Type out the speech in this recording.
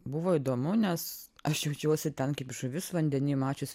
buvo įdomu nes aš jaučiuosi ten kaip žuvis vandeny mačius